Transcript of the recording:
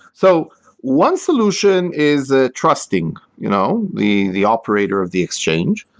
so one solution is ah trusting you know the the operator of the exchange,